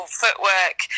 footwork